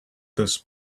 this